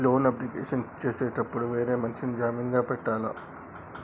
Loan application చేసేటప్పుడు వేరే మనిషిని జామీన్ గా పెట్టాల్నా?